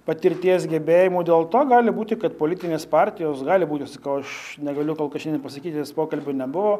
patirties gebėjimų dėl to gali būti kad politinės partijos gali būti sakau aš negaliu kol kas šiandien pasakyti nes pokalbių nebuvo